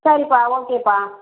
சரிப்பா ஓகேப்பா